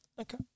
Okay